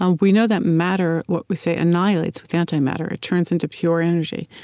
um we know that matter, what we say, annihilates with anti-matter it turns into pure energy.